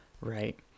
right